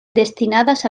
destinadas